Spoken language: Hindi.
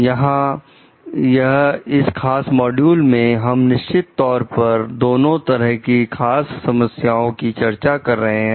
यहां इस खास मॉड्यूल में हम निश्चित तौर पर दोनों तरफ की खास समस्याओं की चर्चा कर रहे हैं